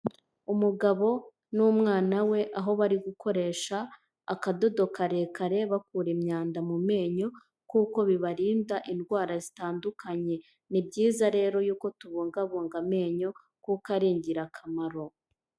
Umugabo n'umwana we aho bari gukoresha akadodo karekare bakura imyanda mu menyo kuko bibarinda indwara zitandukanye. Ni byiza rero yuko tubungabunga amenyo kuko ari ingirakamaro.